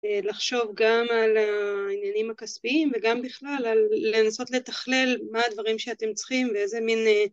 לחשוב גם על העניינים הכספיים וגם בכלל לנסות לתכלל מה הדברים שאתם צריכים ואיזה מין